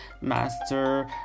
master